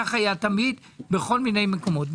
כך היה תמיד בכל מיני מקומות.